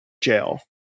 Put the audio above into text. jail